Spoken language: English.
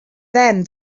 then